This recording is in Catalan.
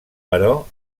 però